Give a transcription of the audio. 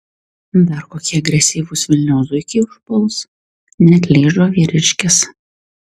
dar kokie agresyvūs vilniaus zuikiai užpuls neatlyžo vyriškis